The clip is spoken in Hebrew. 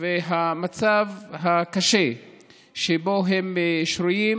והמצב הקשה שבו הם שרויים,